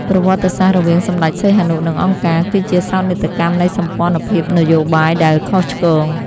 ប្រវត្តិសាស្ត្ររវាងសម្តេចសីហនុ និងអង្គការ គឺជាសោកនាដកម្មនៃសម្ព័ន្ធភាពនយោបាយដែលខុសឆ្គង។